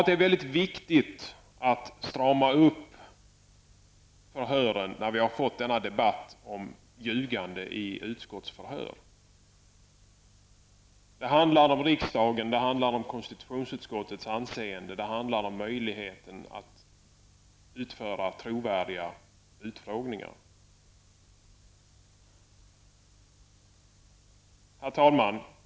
Det är mycket viktigt att utskottsutfrågningarna stramas upp efter den debatt som förekommit om ljugande vid utskottsutfrågningar. Det handlar om riksdagens och konstitutionsutskottets anseende och möjligheten att genomföra trovärdiga utfrågningar. Herr talman!